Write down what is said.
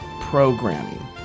programming